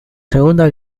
segunda